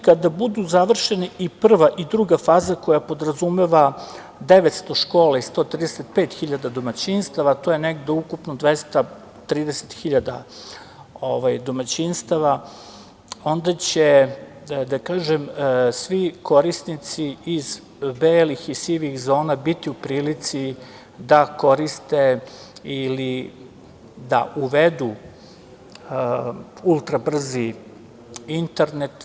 Kada budu završeni i prva i druga faza koja podrazumeva 900 škola i 135.000 domaćinstava, a to je negde ukupno 230 hiljada domaćinstava, onda će svi korisnici iz belih i sivih zona biti u prilici da koriste ili da uvedu ultra brzi internet.